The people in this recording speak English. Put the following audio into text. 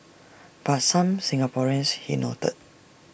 but some Singaporeans he noted